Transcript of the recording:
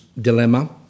dilemma